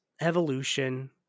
Evolution